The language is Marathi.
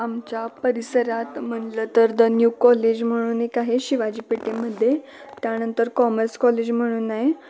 आमच्या परिसरात म्हणलं तर द न्यू कॉलेज म्हणून एक आहे शिवाजी पेठेमध्ये त्यांनतर कॉमर्स कॉलेज म्हणून आहे